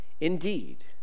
Indeed